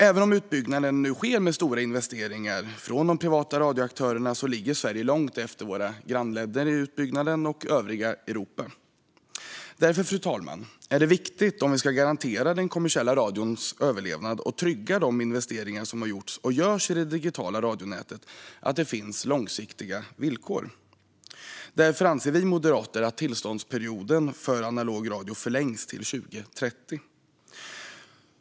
Även om utbyggnaden nu sker med stora investeringar från de privata radioaktörerna ligger Sverige långt efter sina grannländer och övriga Europa i utbyggnaden. Därför, fru talman, är det viktigt om vi ska garantera den kommersiella radions överlevnad och trygga de investeringar som har gjorts och görs i det digitala radionätet att det finns långsiktiga villkor. Därför anser vi moderater att tillståndsperioden för analog radio ska förlängas till 2030.